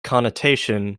connotation